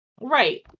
Right